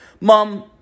Mom